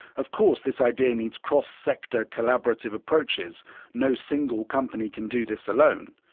of course this idea needs cross-sector collaborative approaches no single company can do this alone.